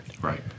Right